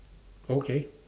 okay